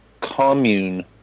commune